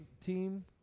team